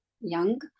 young